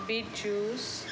beet juice